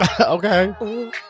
Okay